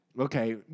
Okay